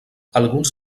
alguns